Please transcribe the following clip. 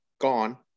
gone